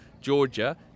Georgia